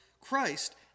Christ